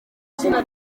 izina